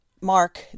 Mark